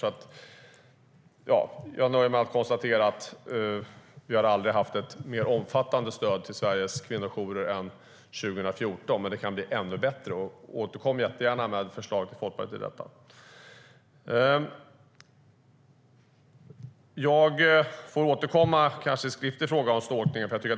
Jag får återkomma i en skriftlig fråga om stalkning.